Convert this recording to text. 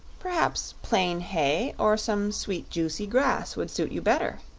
perhaps plain hay, or some sweet juicy grass would suit you better,